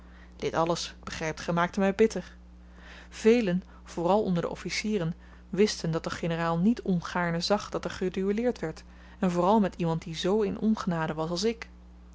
dit alles begrypt ge maakte my bitter velen vooral onder de officieren wisten dat de generaal niet ongaarne zag dat er geduelleerd werd en vooral met iemand die zoo in ongenade was als ik